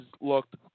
looked